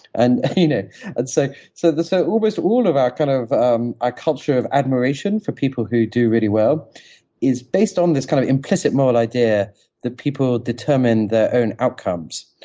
and you know and so so ah almost all of our kind of um our culture of admiration for people who do really well is based on this kind of implicit moral idea that people determine their own outcomes.